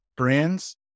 brands